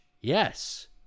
yes